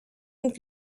und